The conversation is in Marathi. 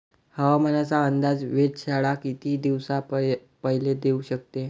हवामानाचा अंदाज वेधशाळा किती दिवसा पयले देऊ शकते?